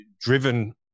driven